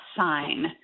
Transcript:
sign